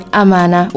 amana